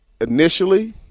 Initially